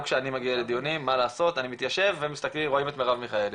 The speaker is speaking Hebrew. גם כשאני מגיע לדיונים אני מתיישב ורואים את מירב מיכאלי.